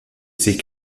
ses